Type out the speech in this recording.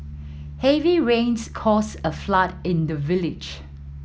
heavy rains caused a flood in the village